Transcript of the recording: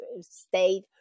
state